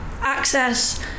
access